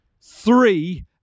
three